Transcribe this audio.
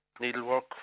needlework